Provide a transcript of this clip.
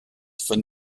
von